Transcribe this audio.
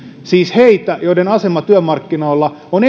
siis heitä joiden asema työmarkkinoilla on